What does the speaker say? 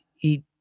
eat